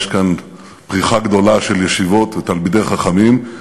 יש כאן פריחה גדולה של ישיבות ותלמידי חכמים,